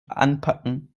anpacken